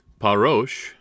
Parosh